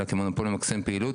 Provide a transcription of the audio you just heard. אלא כמונופול למקסם פעילות,